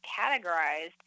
categorized